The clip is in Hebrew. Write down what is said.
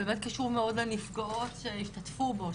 ובאמת קשוב מאד לנפגעות שהשתתפו בו,